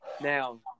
Now